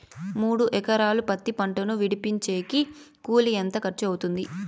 మూడు ఎకరాలు పత్తి పంటను విడిపించేకి కూలి ఎంత ఖర్చు అవుతుంది?